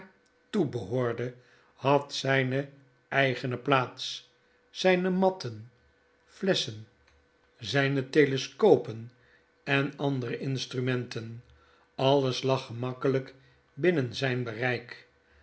toebehoorde had zijne eigene plaats zijne matten flesschen zjjne telescopen en andere instrumenten alles lag gemakkeljjk binnen zijn bereik